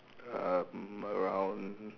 um around